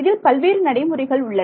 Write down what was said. இதில் பல்வேறு நடைமுறைகள் உள்ளன